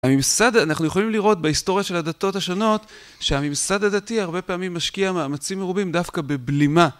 הממסד אנחנו יכולים לראות בהיסטוריה של הדתות השונות שהממסד הדתי הרבה פעמים משקיע מאמצים מרובים דווקא בבלימה